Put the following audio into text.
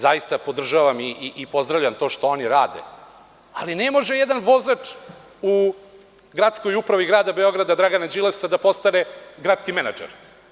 Zaista podržavam i pozdravljam to što oni rade, ali ne može jedan vozač u gradskoj upravi grada Beograda, Dragana Đilasa da postave gradski menadžer.